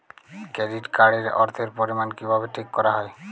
Credit card এর অর্থের পরিমান কিভাবে ঠিক করা হয়?